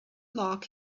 lock